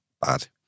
bad